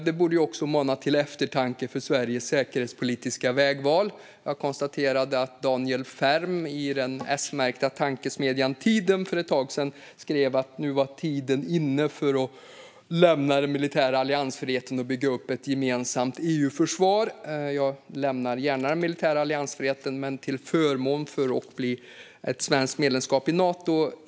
Det borde också mana till eftertanke för Sveriges säkerhetspolitiska vägval. Jag konstaterade att Daniel Färm i den S-märkta tankesmedjan Tiden för ett tag sedan skrev att tiden nu var inne för att lämna den militära alliansfriheten och bygga upp ett gemensamt EU-försvar. Jag ser gärna att Sverige lämnar den militära alliansfriheten men till förmån för ett svenskt medlemskap i Nato.